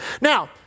Now